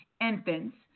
infants